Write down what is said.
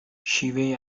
شیوه